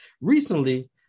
recently